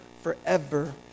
forever